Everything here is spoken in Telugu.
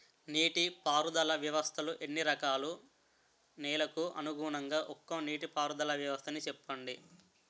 నీటి పారుదల వ్యవస్థలు ఎన్ని రకాలు? నెలకు అనుగుణంగా ఒక్కో నీటిపారుదల వ్వస్థ నీ చెప్పండి?